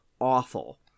awful